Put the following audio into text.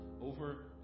Over